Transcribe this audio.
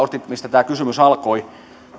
mistä tämä kysymys alkoi